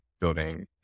building